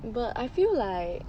but I feel like